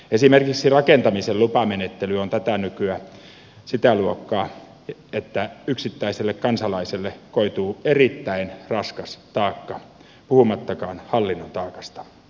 esimerkiksi rakentamisen lupamenettely on tätä nykyä sitä luokkaa että yksittäiselle kansalaiselle koituu erittäin raskas taakka puhumattakaan hallinnon taakasta